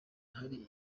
hari